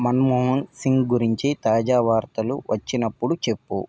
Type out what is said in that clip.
మన్మోహన్ సింగ్ గురించి తాజా వార్తలు వచ్చిన్నప్పుడు చెప్పు